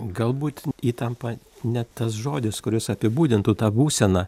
galbūt įtampa net tas žodis kuris apibūdintų tą būseną